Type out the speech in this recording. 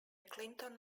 clinton